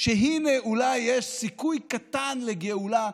שהינה אולי יש סיכוי קטן לגאולה.